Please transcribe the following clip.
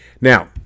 Now